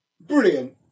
brilliant